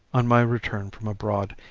on my return from abroad,